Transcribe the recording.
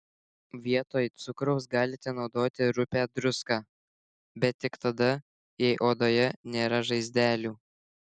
vietoj cukraus galite naudoti rupią druską bet tik tada jei odoje nėra žaizdelių